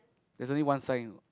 actually one sign